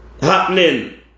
happening